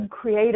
create